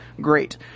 Great